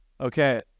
Okay